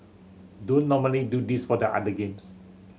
don't normally do this for the other games